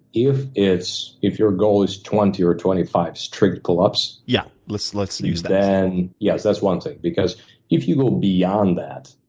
if it's if your goal is twenty or twenty five straight pull-ups yeah. let's let's use that. then yes, that's one thing. because if you go beyond that,